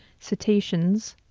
cetaceans,